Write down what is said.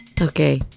Okay